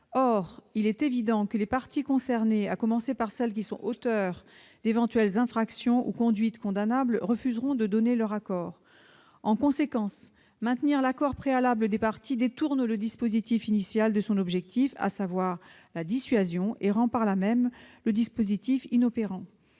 Or il est évident que les parties concernées, à commencer par les auteurs d'éventuelles infractions ou conduites condamnables, refuseront de donner leur accord. En conséquence, maintenir l'accord préalable des parties détourne le dispositif initial de son objectif, à savoir la dissuasion, et le rend inopérant.